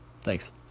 Thanks